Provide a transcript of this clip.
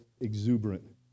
exuberant